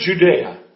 Judea